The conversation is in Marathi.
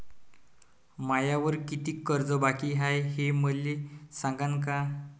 मायावर कितीक कर्ज बाकी हाय, हे मले सांगान का?